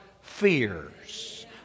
fears